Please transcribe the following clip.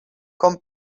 com